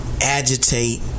agitate